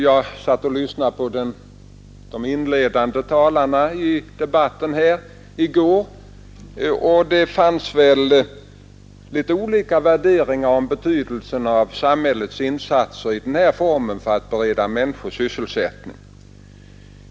Jag satt och lyssnade på de inledande talarna i debatten i går och märkte att det fanns litet olika värderingar i fråga om betydelsen av den här formen av samhällsinsatser för att bereda människor sysselsättning.